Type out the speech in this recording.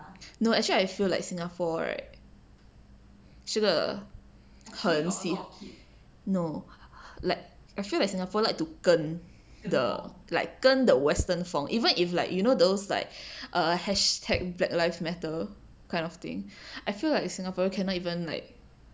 no actually I feel like singapore right 是个很其 no like I feel like singapore like to 跟 the like 跟 the western 风 even if like you know those like err hashtag black lives matter kind of thing I feel like singapore cannot even like